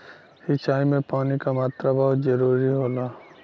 सिंचाई में पानी क मात्रा बहुत जरूरी होला